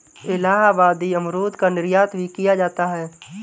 इलाहाबादी अमरूद का निर्यात भी किया जाता है